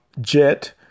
jet